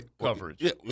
coverage